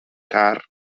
car